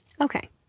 Okay